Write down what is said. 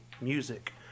music